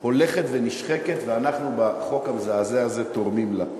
הולכת ונשחקת, ואנחנו בחוק המזעזע הזה תורמים לזה.